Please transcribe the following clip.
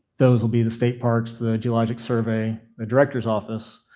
those will be the state parks, the geologic survey, the director's office,